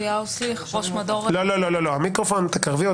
באמירה